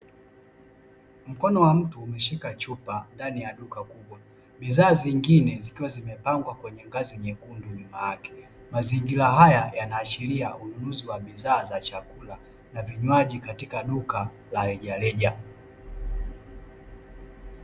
Mkono wa mtu umeshika chupa ndani ya duka kubwa, bidhaa zingine zikiwa zimepangwa kwenye ngazi nyekundu nyuma yake. Mazingira haya yanaashiria ununuzi wa bidhaa za chakula na vinywaji katika duka la rejareja.